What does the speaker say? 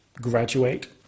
graduate